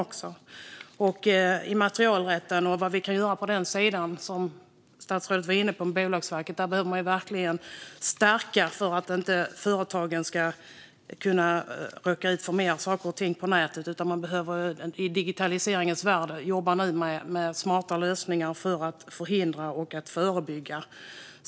När det gäller immaterialrätten och Bolagsverket, som statsrådet var inne på, behöver man verkligen stärka upp för att företagen inte ska råka ut för mer på nätet. I digitaliseringens värld måste man jobba mer med smarta lösningar för att förebygga och förhindra.